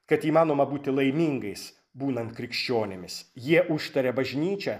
kad įmanoma būti laimingais būnant krikščionimis jie užtaria bažnyčią